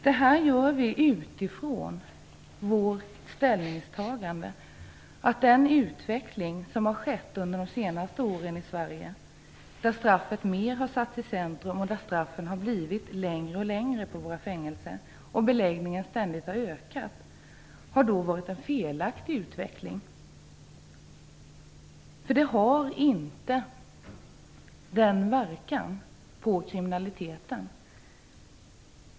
Det gör vi utifrån vårt ställningstagande att utvecklingen i Sverige under de senaste åren - där straffet har satts mer i centrum, där straffen på fängelserna har blivit längre och längre och där beläggningen ständigt har ökat - har varit en felaktig utveckling. Fängelsestraff har inte rätt inverkan på kriminaliteten.